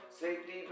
safety